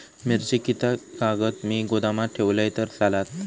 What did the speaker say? मिरची कीततागत मी गोदामात ठेवलंय तर चालात?